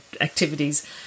activities